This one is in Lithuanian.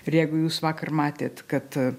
ir jeigu jūs vakar matėt kad